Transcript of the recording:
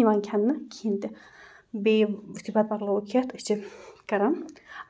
یِوان کھٮ۪نہٕ کِہیٖنۍ تہِ بیٚیہِ یِم یُتھُے بَتہٕ مۄکلاوَو کھٮ۪تھ أسۍ چھِ کران